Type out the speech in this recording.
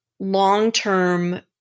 long-term